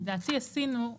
לדעתי עשינו,